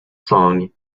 song